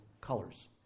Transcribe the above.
colors